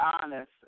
honest